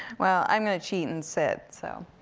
well, i'm gonna cheat and sit. so